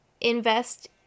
Invest